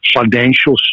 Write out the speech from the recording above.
Financial